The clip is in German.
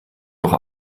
doch